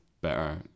better